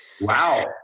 wow